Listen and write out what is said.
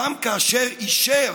גם כאשר אישר